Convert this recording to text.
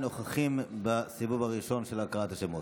נוכחים בסיבוב הראשון של הקראת השמות.